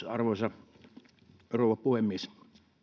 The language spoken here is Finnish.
arvoisa rouva puhemies